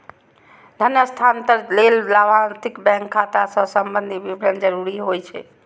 धन हस्तांतरण लेल लाभार्थीक बैंक खाता सं संबंधी विवरण जरूरी होइ छै